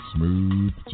Smooth